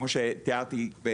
כמו שתיארתי,